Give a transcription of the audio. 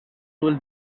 will